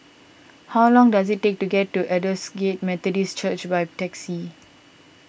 how long does it take to get to Aldersgate Methodist Church by taxi